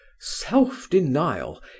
self-denial